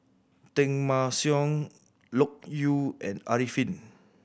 Teng Mah Seng Loke Yew and Arifin